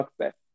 success